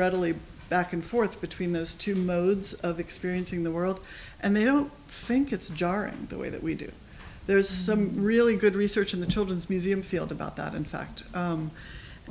readily back and forth between those two modes of experiencing the world and they don't think it's jarring the way that we do there's some really good research in the children's museum field about that in fact